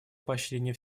поощрения